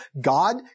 God